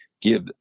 give